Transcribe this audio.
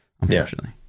unfortunately